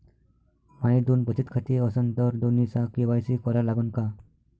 माये दोन बचत खाते असन तर दोन्हीचा के.वाय.सी करा लागन का?